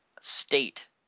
state